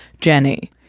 Jenny